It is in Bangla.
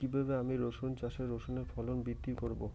কীভাবে আমি রসুন চাষে রসুনের ফলন বৃদ্ধি করব?